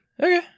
Okay